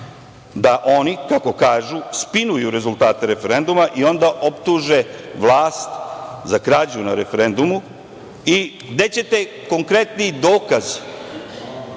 da oni, kako kažu, spinuju rezultate referenduma i onda optuže vlast za krađu na referendumu. Gde ćete konkretniji dokaz